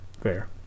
fair